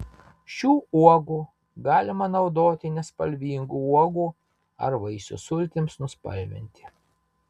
šių uogų galima naudoti nespalvingų uogų ar vaisių sultims nuspalvinti